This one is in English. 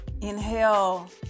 inhale